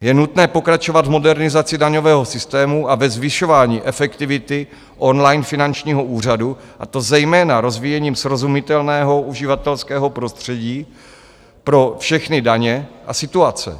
Je nutné pokračovat v modernizaci daňového systému a ve zvyšování efektivity online finančního úřadu, a to zejména rozvíjením srozumitelného uživatelského prostředí pro všechny daně a situace.